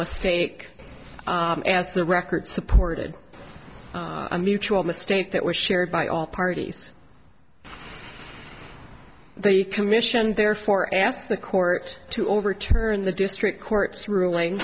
mistake as the record supported a mutual mistake that was shared by all parties the commission therefore asked the court to overturn the district court's ruling